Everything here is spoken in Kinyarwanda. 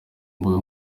mbuga